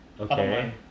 Okay